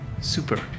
Super